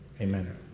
Amen